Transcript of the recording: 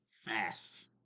Fast